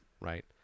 right